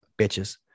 Bitches